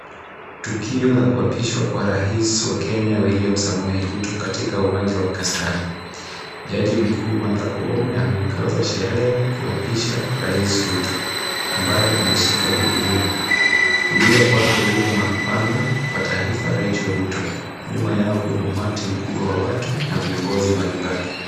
Tukio la kuapishwa kwa Rais wa Kenya William Samoei Ruto katika uwanja wa Kasarani, jaji mkuu Martha Koome anaongoza sherehe kuapisha Rais Ruto ambaye ameshika bibilia, kulia kwake yupo mama wa taifa Rachel Ruto , nyuma Yao kuna umati mkubwa na viongozi mbalimbali.